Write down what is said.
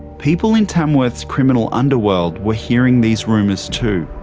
people in tamworth's criminal underworld were hearing these rumours too.